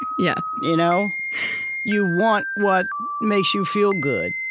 you yeah you know you want what makes you feel good.